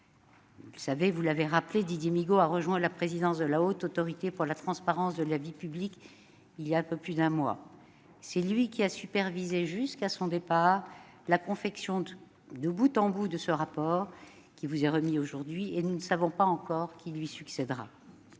vous. Vous le savez, Didier Migaud a rejoint la présidence de la Haute Autorité pour la transparence de la vie publique il y a un peu plus d'un mois. C'est lui qui a supervisé, jusqu'à son départ, la confection de bout en bout du rapport public annuel qui vous est remis ce jour. Nous ne savons pas encore qui lui succédera.